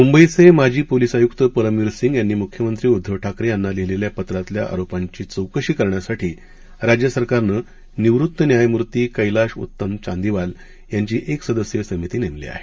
मुंबईचे माजी पोलीस आयुक्त परमवीर सिंग यांनी मुख्यमंत्री उद्धव ठाकरे यांना लिहिलेल्या पत्रातल्या आरोपांची चौकशी करण्यासाठी राज्यसरकारनं निवृत्त न्यायमूर्ती क्लाश उत्तम चांदीवाल यांची एक सदस्यीय समिती नेमली आहे